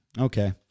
Okay